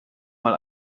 mal